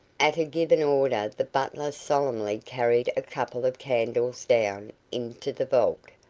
at a given order the butler solemnly carried a couple of candles down into the vault,